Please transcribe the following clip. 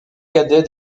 cadet